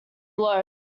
blow